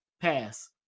pass